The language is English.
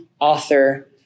author